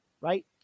right